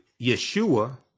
Yeshua